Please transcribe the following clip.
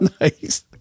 Nice